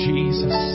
Jesus